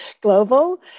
Global